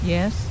Yes